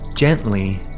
Gently